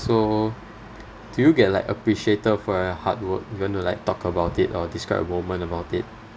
so do you get like appreciated for your hard work you want to like talk about it or describe a moment about it